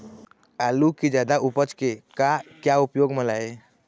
आलू कि जादा उपज के का क्या उपयोग म लाए?